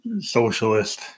socialist